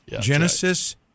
Genesis